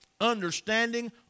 understanding